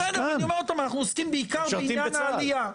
בסדר, אנחנו עוסקים בעיקר בעניין העלייה.